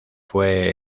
fue